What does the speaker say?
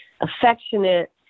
affectionate